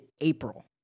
April